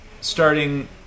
starting